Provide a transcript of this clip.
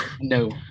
No